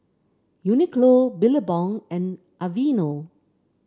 Uniqlo Billabong and Aveeno